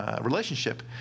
Relationship